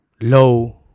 low